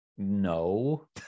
No